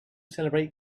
celebrate